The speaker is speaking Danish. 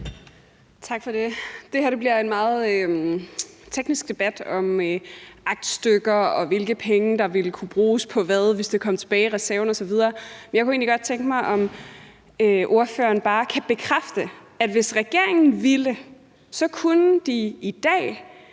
Tak for det. Det her bliver en meget teknisk debat om aktstykker, og hvilke penge der ville kunne bruges på hvad, hvis de kom tilbage i reserven osv. Jeg kunne egentlig godt tænke mig at høre, om ordføreren bare kan bekræfte, at hvis regeringen ville, kunne de i dag